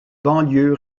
banlieue